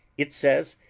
it says,